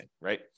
right